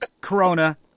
corona